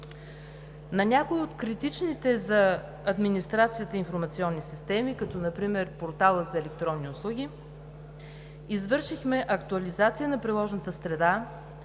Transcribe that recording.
На някои от критичните за администрацията информационни системи, като например „порталът за електронни услуги“, извършихме актуализация на приложната среда